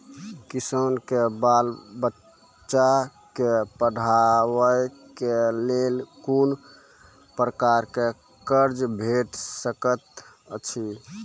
किसानक बाल बच्चाक पढ़वाक लेल कून प्रकारक कर्ज भेट सकैत अछि?